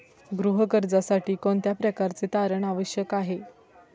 गृह कर्जासाठी कोणत्या प्रकारचे तारण आवश्यक आहे?